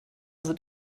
sind